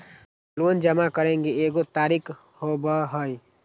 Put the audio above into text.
Loan जमा करेंगे एगो तारीक होबहई?